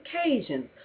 occasions